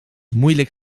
moeilijk